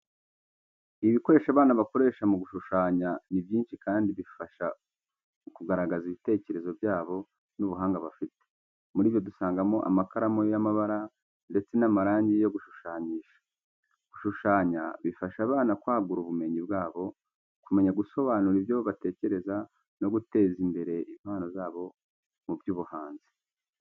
Ibikoresho abana bakoresha mu gushushanya ni byinshi kandi bifasha mu kugaragaza ibitekerezo byabo n'ubuhanga bafite. Muribyo dusangamo amakaramu y'amabara ndetse n'amarangi yo gushushanyisha. Gushushanya bifasha abana kwagura ubumenyi bwabo, kumenya gusobanura ibyo batekereza, no guteza imbere impano zabo mu by'ubuhanzi.